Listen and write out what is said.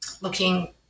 looking